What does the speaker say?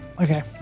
Okay